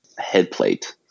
headplate